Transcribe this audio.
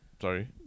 sorry